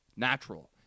natural